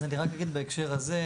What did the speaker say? אז אני רק אגיד בהקשר הזה,